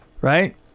right